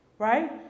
Right